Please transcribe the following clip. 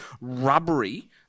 rubbery